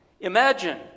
Imagine